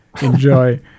enjoy